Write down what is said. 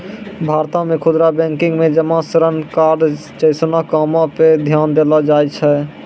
भारतो मे खुदरा बैंकिंग मे जमा ऋण कार्ड्स जैसनो कामो पे ध्यान देलो जाय छै